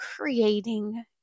creating